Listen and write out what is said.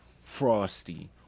frosty